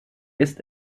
ist